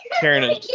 Karen